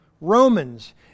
Romans